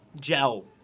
gel